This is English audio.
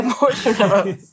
emotional